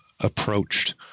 approached